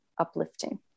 uplifting